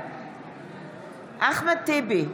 בעד אחמד טיבי,